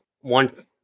one